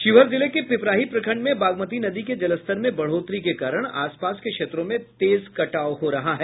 शिवहर जिले के पिपराही प्रखंड में बागमती नदी के जलस्तर में बढ़ोतरी के कारण आसपास के क्षेत्रों में तेज कटाव हो रहा है